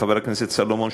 וחבר הכנסת סולומון,